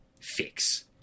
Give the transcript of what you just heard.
fix